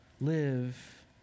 live